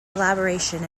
elaboration